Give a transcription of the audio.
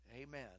Amen